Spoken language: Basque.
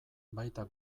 baita